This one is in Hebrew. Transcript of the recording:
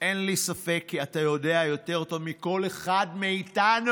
אין לי ספק כי אתה יודע יותר טוב מכל אחד מאיתנו